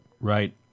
Right